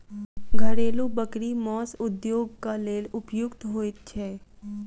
घरेलू बकरी मौस उद्योगक लेल उपयुक्त होइत छै